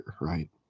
right